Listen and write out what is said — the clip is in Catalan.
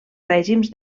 règims